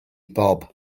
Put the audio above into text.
bob